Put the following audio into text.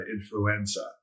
influenza